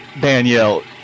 danielle